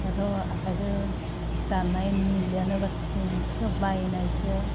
दाथ' आखायदो दानाय नुलियानो बासिन सब बायनायसो